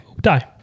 die